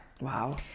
Wow